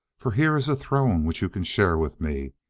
for here is a throne which you can share with me,